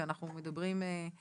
כשאנחנו מדברים על